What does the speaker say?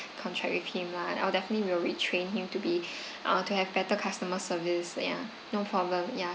contract with him lah and I'll definitely will retrain him to be ah to have better customer service ya no problem ya